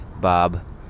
Bob